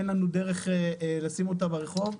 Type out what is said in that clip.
אין לנו דרך לשים אותה ברחוב.